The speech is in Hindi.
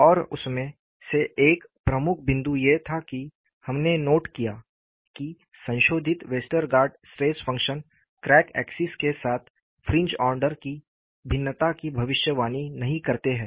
और उसमें से एक प्रमुख बिंदु ये था कि हमने नोट किया कि संशोधित Westergaard stress function crack axis के साथ फ्रिंज ऑर्डर की भिन्नता की भविष्यवाणी नहीं करते हैं